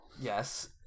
Yes